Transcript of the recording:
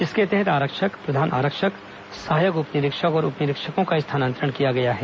इसके तहत आरक्षक प्रधान आरक्षक सहायक उप निरीक्षक और उप निरीक्षकों का स्थानांतरण किया गया है